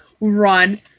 run